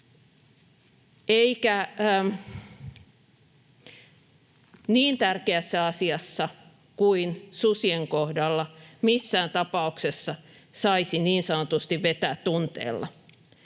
eikä niin tärkeässä asiassa kuin susien kohdalla missään tapauksessa saisi niin sanotusti vetää tunteella.